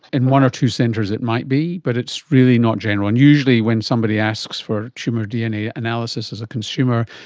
in one or two centres it might be but it's really not general. and usually when somebody asks for tumour dna analysis as a consumer,